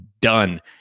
done